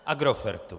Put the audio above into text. Agrofertu!